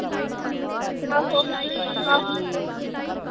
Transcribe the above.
आहो आ